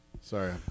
Sorry